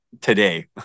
today